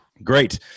Great